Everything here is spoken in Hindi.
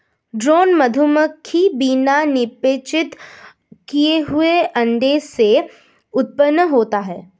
ड्रोन मधुमक्खी बिना निषेचित किए हुए अंडे से उत्पन्न होता है